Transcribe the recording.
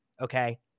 okay